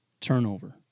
turnover